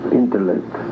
intellect